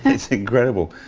it's incredible,